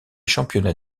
championnats